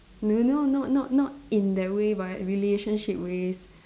no no not not not in that way but relationship ways